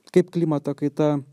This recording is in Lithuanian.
kaip klimato kaita